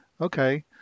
okay